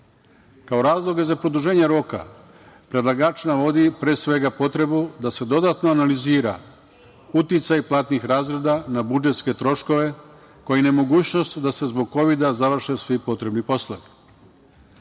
razloge za produženje roka predlagač navodi, pre svega, potrebu da se dodatno analizira uticaj platnih razreda na budžetske troškove, kao i nemogućnost da se zbog Kovida završe svi potrebni